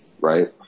right